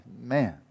man